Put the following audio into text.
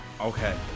okay